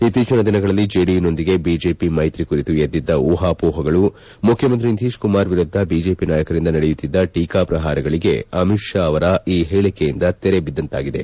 ಇತ್ತೀಚಿನ ದಿನಗಳಲ್ಲಿ ಜೆಡಿಯುನೊಂದಿಗೆ ಬಿಜೆಪಿ ಮೈತ್ರಿ ಕುರಿತು ಎದ್ದಿದ್ದ ಊಹಾಮೋಹಾಗಳು ಮುಖ್ಯಮಂತ್ರಿ ನಿತೀಶ್ಕುಮಾರ್ ವಿರುದ್ದ ಬಿಜೆಪಿ ನಾಯಕರಿಂದ ನಡೆಯುತ್ತಿದ್ದ ಟೀಕಾಪ್ರಹಾರಗಳಿಗೆ ಅಮಿತ್ ಷಾ ಅವರ ಈ ಹೇಳಿಕೆಯಿಂದ ತೆರೆ ಬಿದ್ದಂತಾಗಿದೆ